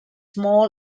small